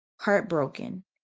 heartbroken